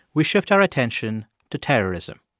we shift our attention to terrorism.